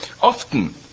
often